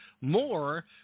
more